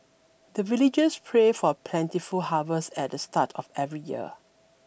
the villagers pray for plentiful harvest at the start of every year